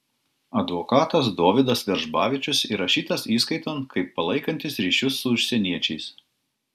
advokatas dovydas veržbavičius įrašytas įskaiton kaip palaikantis ryšius su užsieniečiais